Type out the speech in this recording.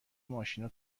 ماشینا